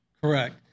Correct